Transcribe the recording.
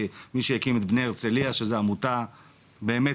כמי שהקים את בני הרצליה שזו עמותה באמת